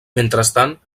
mentrestant